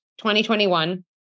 2021